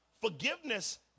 Forgiveness